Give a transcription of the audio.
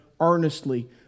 earnestly